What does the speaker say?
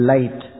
Light